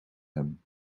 hem